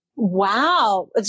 Wow